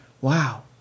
Wow